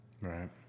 Right